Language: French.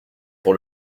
pour